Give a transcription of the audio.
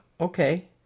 okay